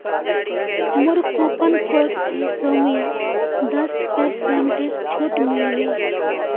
मोर coupon code स सौम्यक दस पेरसेंटेर छूट मिल बे